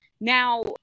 Now